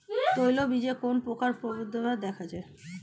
তৈলবীজে কোন পোকার প্রাদুর্ভাব দেখা যায়?